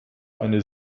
eine